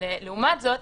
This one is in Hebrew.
לעומת זאת,